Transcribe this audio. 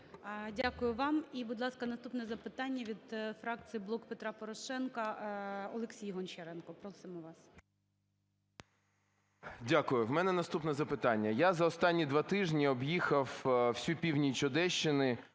Дякую вам. І, будь ласка, наступне запитання - від фракції "Блок Петра Порошенка" Олексій Гончаренко. Просимо вас. 10:38:43 ГОНЧАРЕНКО О.О. Дякую. В мене наступне запитання. Я за останні два тижні об'їхав всю північ Одещини: